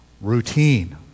routine